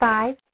Five